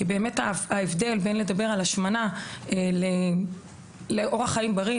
כי באמת יש פער מאוד גדול ויש הבדל בין לדבר על השמנה לאורח חיים בריא.